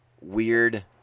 weird